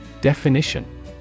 Definition